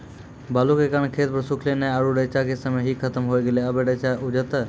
बालू के कारण खेत सुखले नेय आरु रेचा के समय ही खत्म होय गेलै, अबे रेचा उपजते?